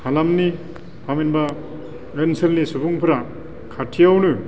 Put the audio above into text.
हालामनि थामहिनबा ओनसोलनि सुबुंफोरा खाथियावनो